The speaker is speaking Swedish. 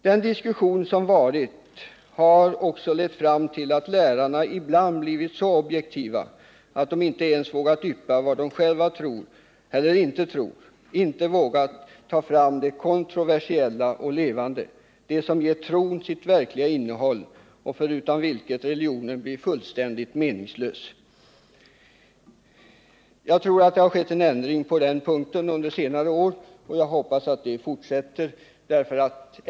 Den diskussion som varit har också lett fram till att lärarna blivit så objektiva att de inte ens vågat yppa vad de själva tror eller inte tror, inte vågat ta fram det kontroversiella och levande i det som ger tron dess verkliga innehåll och förutan vilket religionen blir fullständigt meningslös. Jag tror att det har skett en ändring på den punkten under senare år, och jag hoppas att den utvecklingen fortsätter.